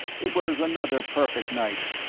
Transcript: it was another perfect night,